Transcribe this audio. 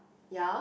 ya